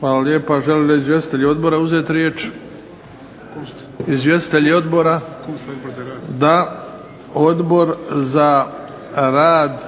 Hvala lijepa. Žele li izvjestitelji odbora uzeti riječ? Da. Odbor za rad